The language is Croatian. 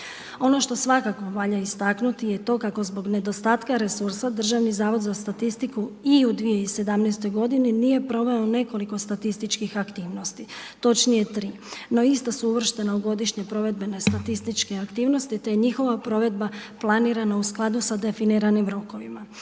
Ono što svakako valja istaknuti je to kako zbog nedostatka resursa Državni zavod za statistiku i u 2017. godini nije proveo nekoliko statističkih aktivnosti. Točnije 3. No ista su uvrštene u godišnje provedbene statističke aktivnosti te njihova provedba planirana u skladu s definiranim rokovima.